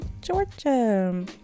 Georgia